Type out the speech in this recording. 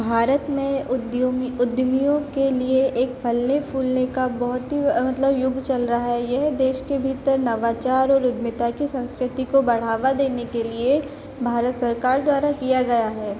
भारत में उद्यमी उद्यमियों के लिए एक फलने फूलने का बहुत ही मतलब युग चल रहा है यह देश के भीतर नवाचार और उद्यमिता की संस्कृति को बढ़ावा देने के लिए भारत सरकार द्वारा किया जा रहा है